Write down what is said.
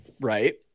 right